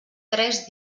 tres